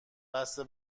بسته